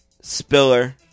Spiller